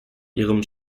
ihrem